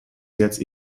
jetzt